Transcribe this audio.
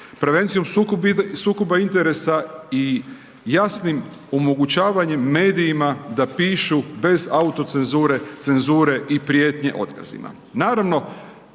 prevencijom sukoba interesa i jasnim omogućavanjem medijima da pišu bez autocenzure, cenzure i prijetnje otkazima.